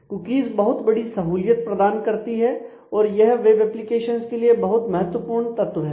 cookies बहुत बड़ी सहूलियत प्रदान करती हैं और यह वेब एप्लीकेशंस के लिए बहुत महत्वपूर्ण तत्व है